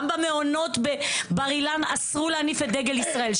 גם במעונות בבר אילן אסרו להניף את דגל ישראל.